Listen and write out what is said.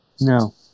No